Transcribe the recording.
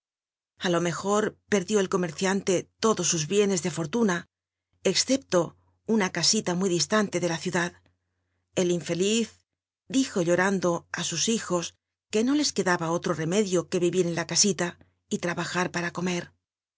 lo mejor perdió el comerciante todo su bienes de fottnna excepto una ca ita muy dislanlc dr la ciudad el infeliz dijo llorando á us ltijos que no les quedaba otro remedio que vivir en la casila trabajar para comer